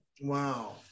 Wow